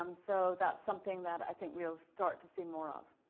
um so that's something that i think we'll start to see more of.